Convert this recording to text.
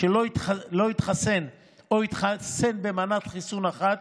שלא התחסן או התחסן במנת חיסון אחת,